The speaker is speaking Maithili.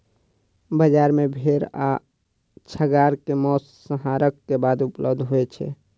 बजार मे भेड़ आ छागर के मौस, संहारक बाद उपलब्ध होय छै